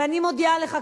ואני מודיעה לך,